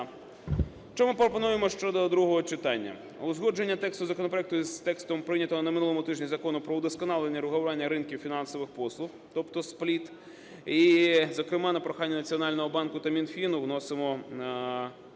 Що ми пропонуємо щодо другого читання? Узгодження тексту законопроекту із текстом прийнятого на минулому тижні Закону про вдосконалення регулювання ринків фінансових послуг, тобто СПЛІТ. І, зокрема, на прохання Національного банку та Мінфіну вносимо